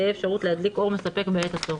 תהא אפשרות להדליק אור מספק בעת הצורך.